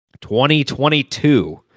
2022